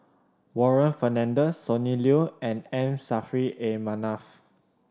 Warren Fernandez Sonny Liew and M Saffri A Manaf